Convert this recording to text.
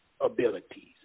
abilities